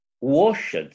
washed